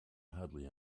hardly